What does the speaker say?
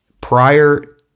Prior